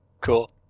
Cool